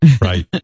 Right